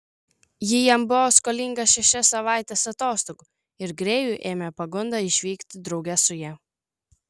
ji jam buvo skolinga šešias savaites atostogų ir grėjų ėmė pagunda išvykti drauge su ja